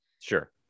Sure